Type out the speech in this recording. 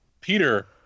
Peter